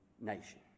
nation